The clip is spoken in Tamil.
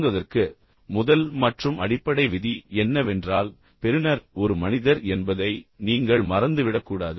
தொடங்குவதற்கு முதல் மற்றும் அடிப்படை விதி என்னவென்றால் பெறுநர் ஒரு மனிதர் என்பதை நீங்கள் மறந்துவிடக் கூடாது